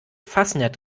fasnet